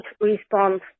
respond